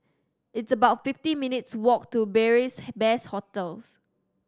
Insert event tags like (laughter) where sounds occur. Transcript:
it's about fifty minutes' walk to Beary (unintelligible) Best Hostel